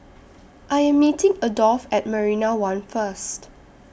I Am meeting Adolf At Marina one First